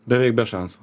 beveik be šansų